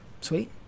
Sweet